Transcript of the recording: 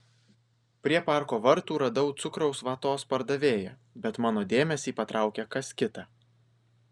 prie parko vartų radau cukraus vatos pardavėją bet mano dėmesį patraukė kas kita